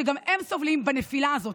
שגם הם סובלים בנפילה הזאת.